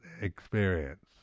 experience